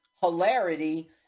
hilarity